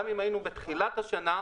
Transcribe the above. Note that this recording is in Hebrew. גם אם היינו בתחילת השנה,